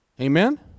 Amen